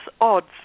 odds